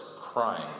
crying